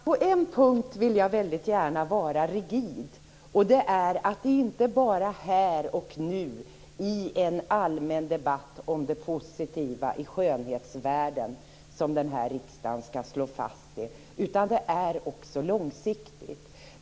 Fru talman! På en punkt vill jag väldigt gärna vara rigid. Det är inte bara här och nu, i en allmän debatt om det positiva i skönhetsvärden, som riksdagen skall slå fast dessa saker. Det gäller också långsiktigt.